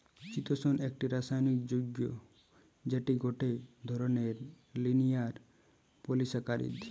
চিতোষণ একটি রাসায়নিক যৌগ্য যেটি গটে ধরণের লিনিয়ার পলিসাকারীদ